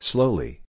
Slowly